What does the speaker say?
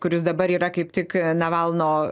kuris dabar yra kaip tik navalno